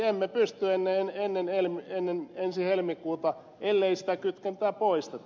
emme pysty ennen ensi helmikuuta ellei sitä kytkentää poisteta